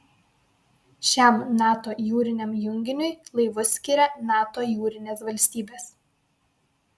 šiam nato jūriniam junginiui laivus skiria nato jūrinės valstybės